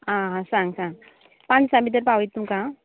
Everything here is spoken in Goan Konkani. आं सांग सांग पांच दिसां भितर पावयता तुमका आं